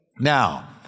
Now